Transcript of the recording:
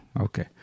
okay